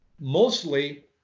mostly